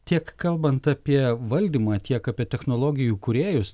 tiek kalbant apie valdymą tiek apie technologijų kūrėjus